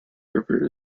river